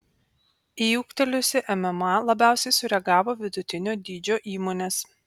į ūgtelėjusį mma labiausiai sureagavo vidutinio dydžio įmonės